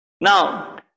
Now